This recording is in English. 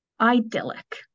Idyllic